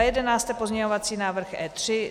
11. pozměňovací návrh E3.